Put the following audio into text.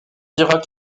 dira